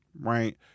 right